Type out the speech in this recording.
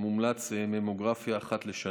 תתעודד.